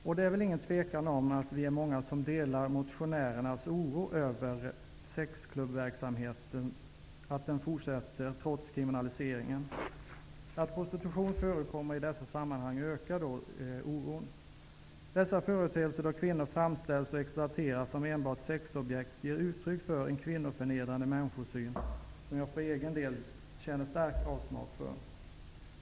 Det finns väl inga tvivel om att vi är många som delar motionärernas oro över att sexklubbsverksamheten fortsätter trots kriminaliseringen. Att prostitution förekommer i dessa sammanhang ökar naturligtvis oron. Denna verksamhet, då kvinnor framställs och exploateras som enbart sexobjekt, ger uttryck för en kvinnoförnedrande människosyn som jag för egen del känner stark avsmak för.